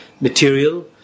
material